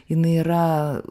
jinai yra